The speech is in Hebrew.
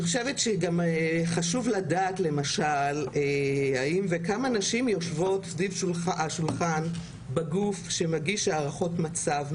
חשוב לדעת האם וכמה נשים יושבות סביב השולחן בגוף שמגיש הערכות מצב,